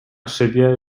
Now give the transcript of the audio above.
szybie